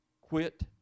quit